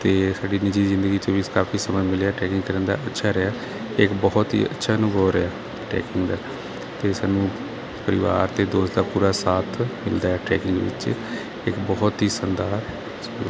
ਅਤੇ ਸਾਡੀ ਨਿੱਜੀ ਜ਼ਿੰਦਗੀ 'ਚ ਵੀ ਸ ਕਾਫੀ ਸਮਾਂ ਮਿਲਿਆ ਟਰੈਕਿੰਗ ਕਰਨ ਦਾ ਅੱਛਾ ਰਿਹਾ ਇਕ ਬਹੁਤ ਹੀ ਅੱਛਾ ਅਨੁਭਵ ਰਿਹਾ ਟਰੈਕਿੰਗ ਦਾ ਅਤੇ ਸਾਨੂੰ ਪਰਿਵਾਰ ਅਤੇ ਦੋਸਤ ਦਾ ਪੂਰਾ ਸਾਥ ਮਿਲਦਾ ਹੈ ਟਰੈਕਿੰਗ ਵਿਚ ਇੱਕ ਬਹੁਤ ਹੀ